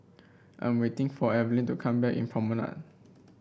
I'm waiting for Evelin to come back in Promenade